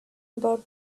about